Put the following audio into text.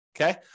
okay